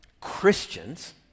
Christians